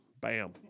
bam